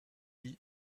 lee